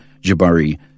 Jabari